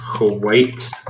White